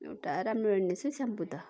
एउटा राम्रो रहेनछ है स्याम्पो त